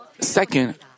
Second